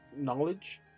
knowledge